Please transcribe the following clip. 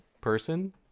person